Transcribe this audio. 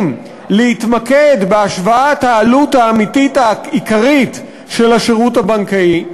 להתמקד בהשוואת העלות האמיתית העיקרית של השירות הבנקאי,